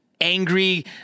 angry